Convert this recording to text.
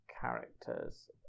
characters